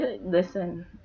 Listen